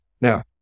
Now